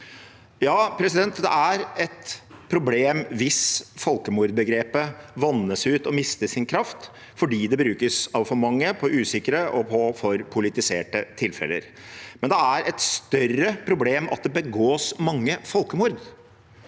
Ja, det er et problem hvis folkemordbegrepet vannes ut og mister sin kraft fordi det brukes på altfor mange og på usikre og for politiserte tilfeller, men det er et større problem at det begås mange folkemord,